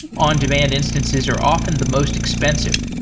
on-demand instances are often the most expensive,